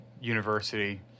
University